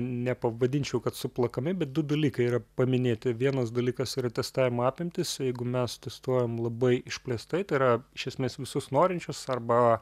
nepavadinčiau kad suplakami bet du dalykai yra paminėti vienas dalykas yra testavimo apimtys jeigu mes testuojam labai išplėstai tai yra iš esmės visus norinčius arba